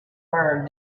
learned